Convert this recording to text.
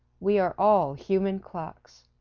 we are all human clocks.